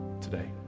today